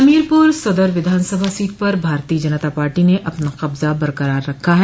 हमीरपुर सदर विधानसभा सीट पर भारतीय जनता पार्टी ने अपना कब्जा बरकरार रखा है